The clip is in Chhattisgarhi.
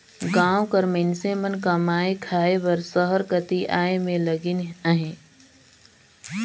गाँव कर मइनसे मन कमाए खाए बर सहर कती आए में लगिन अहें